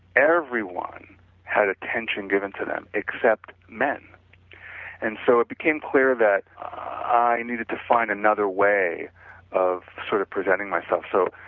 everyone had attention given to them, except men and so it became clear that i needed to find another way of sort of presenting myself. so,